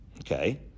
Okay